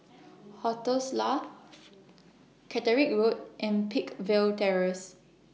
hotels La Catterick Road and Peakville Terrace